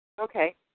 Okay